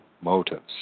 motives